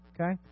Okay